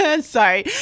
Sorry